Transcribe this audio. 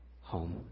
home